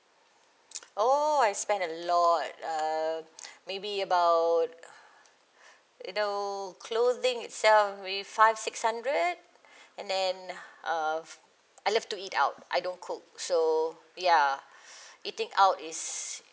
oh I spend a lot uh maybe about you know clothing itself maybe five six hundred and then uh I love to eat out I don't cook so ya eating out is